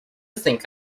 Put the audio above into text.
think